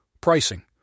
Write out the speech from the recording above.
pricing